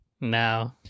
No